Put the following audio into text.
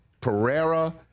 Pereira